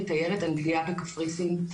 מתיירת אנגליה בקפריסין,